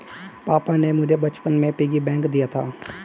पापा ने मुझे बचपन में पिग्गी बैंक दिया था